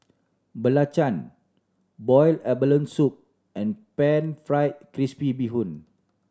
belacan boiled abalone soup and Pan Fried Crispy Bee Hoon